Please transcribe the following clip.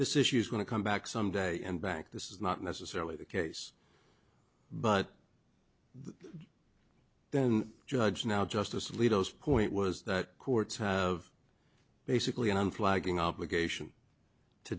this issue's going to come back some day and back this is not necessarily the case but then judge now justice alito his point was that courts have basically unflagging obligation to